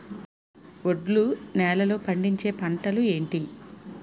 ఒండ్రు నేలలో పండించే పంటలు ఏంటి?